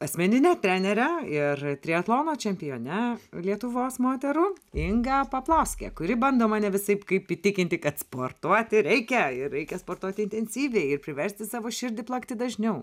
asmenine trenere ir triatlono čempione lietuvos moterų inga paplauske kuri bando mane visaip kaip įtikinti kad sportuoti reikia ir reikia sportuoti intensyviai ir priversti savo širdį plakti dažniau